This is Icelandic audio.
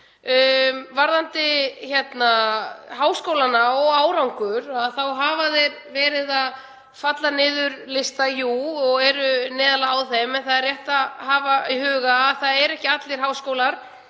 Varðandi háskólana og árangur þá hafa þeir verið að falla niður lista og eru neðarlega á þeim en það er rétt að hafa í huga að það eru ekki allir háskólar